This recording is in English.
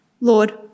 Lord